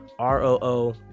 roo